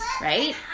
right